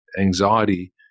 anxiety